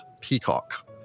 peacock